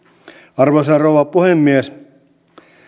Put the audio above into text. arvoisa rouva puhemies